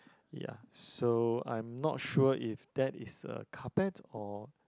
ya so I'm not sure if that is a carpet or